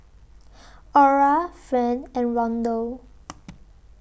Ora Friend and Rondal